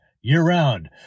year-round